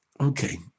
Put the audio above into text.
Okay